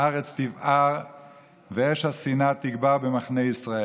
הארץ תבער ואש השנאה תגבר במחנה ישראל.